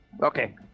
okay